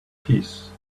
peace